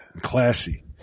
classy